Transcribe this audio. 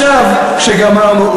עכשיו כשגמרנו,